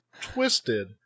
twisted